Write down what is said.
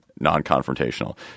non-confrontational